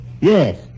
Yes